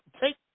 take